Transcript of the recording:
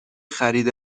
خرید